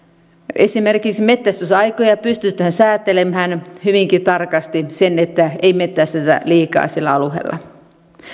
esimerkiksi metsästysaikoja pystytään säätelemään hyvinkin tarkasti niin että ei metsästetä liikaa sillä alueella myöskin